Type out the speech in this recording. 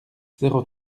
zéro